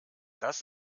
das